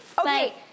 Okay